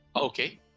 Okay